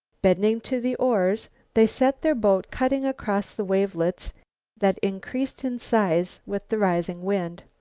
bending to the oars they set their boat cutting across the wavelets that increased in size with the rising wind.